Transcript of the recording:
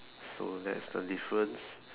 so that's the difference